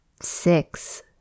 Six